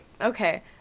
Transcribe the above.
okay